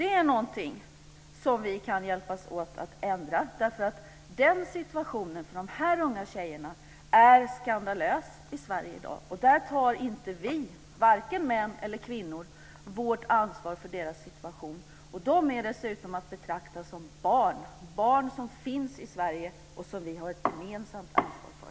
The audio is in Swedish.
Det är något som vi kan hjälpas åt att ändra, för situationen för de här unga tjejerna är skandalös i Sverige i dag. Vi tar inte, varken män eller kvinnor, vårt ansvar för deras situation. De är dessutom att betrakta som barn - barn som finns i Sverige och som vi har ett gemensamt ansvar för.